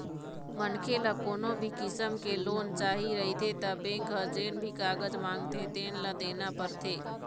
मनखे ल कोनो भी किसम के लोन चाही रहिथे त बेंक ह जेन भी कागज मांगथे तेन ल देना परथे